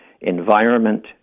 environment